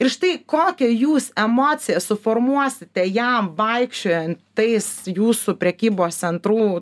ir štai kokią jūs emociją suformuosite jam vaikščiojant tais jūsų prekybos centrų